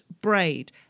Braid